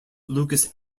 lucas